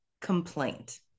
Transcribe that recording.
complaint